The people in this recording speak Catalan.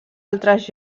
altres